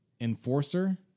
enforcer